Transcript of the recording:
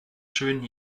schönen